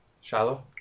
Shallow